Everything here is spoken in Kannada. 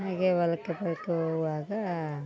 ಹಾಗೆ ಹೊಲ್ಕೆ ಪಲ್ಕೆ ಹೋಗುವಾಗ